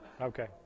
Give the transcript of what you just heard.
Okay